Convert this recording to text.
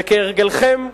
וכהרגלכם,